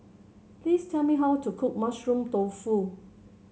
please tell me how to cook Mushroom Tofu